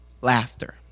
laughter